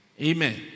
Amen